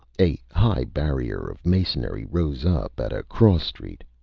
a high barrier of masonry rose up at a cross street.